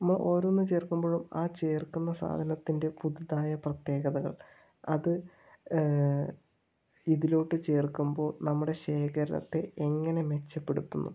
ഓരോന്ന് ചേർക്കുമ്പോഴും ആ ചേർക്കുന്ന സാധനത്തിൻ്റെ പുതുതായ പ്രത്യേകതകൾ അത് ഇതിലോട്ട് ചേർക്കുമ്പോൾ നമ്മുടെ ശേഖരത്തെ എങ്ങനെ മെച്ചപ്പെടുത്തുന്നു